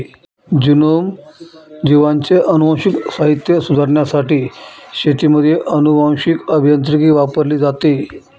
genome, जीवांचे अनुवांशिक साहित्य सुधारण्यासाठी शेतीमध्ये अनुवांशीक अभियांत्रिकी वापरली जाते